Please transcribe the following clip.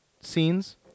scenes